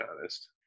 honest